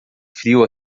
frio